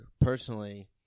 personally